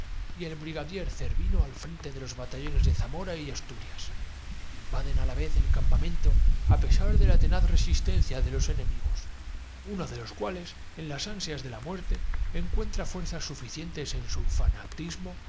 y el brigadier cer makenna quien adelantando rápidamente á lo largo vino al frente de los batallones de zamora y asturias del río martín protegido por la brigada de coraceros invaden á la vez el campamento á pesar de la tenaz del general alcalá galiano rechaza al enemigo sobre resistencia de los enemigos uno de los cuales en las la plaza después de breve lucha y paraliza sus esfuer ansias de la muerte encuentra fuerzas suficientes en zos su